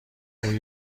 اون